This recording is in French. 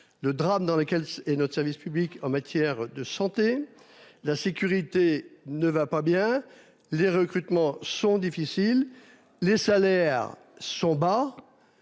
le drame dans lequel et notre service public en matière de santé, la sécurité ne va pas bien. Les recrutements sont difficiles. Les salaires sont bas.